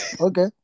Okay